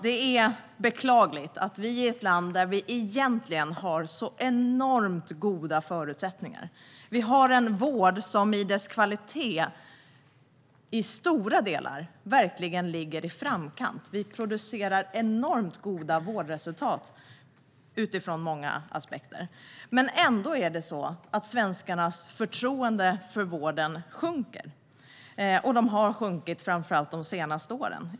Vi bor i ett land där vi egentligen har enormt goda förutsättningar och en vård som i sin kvalitet till stora delar verkligen ligger i framkant. Vi producerar enormt goda vårdresultat utifrån många aspekter. Därför är det beklagligt att svenskarnas förtroende för vården ändå sjunker och har sjunkit framför allt under de senaste åren.